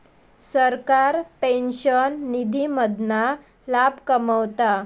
सरकार पेंशन निधी मधना लाभ कमवता